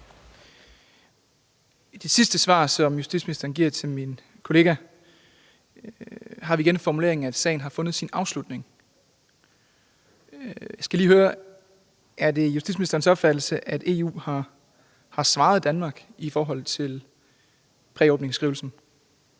I det sidste svar, som justitsministeren giver til min kollega, har vi igen formuleringen, at sagen har fundet sin afslutning. Jeg skal lige høre: Er det justitsministerens opfattelse, at EU har svaret Danmark i forhold til præåbningsskrivelsen?